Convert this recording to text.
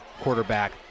quarterback